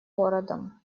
городом